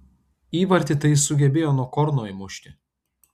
įvartį tai jis sugebėjo nuo korno įmušti